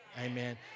Amen